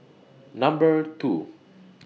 Number two